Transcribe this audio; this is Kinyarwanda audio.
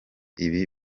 ibi